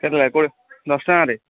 ଦଶ ଟଙ୍କାରେ